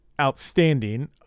outstanding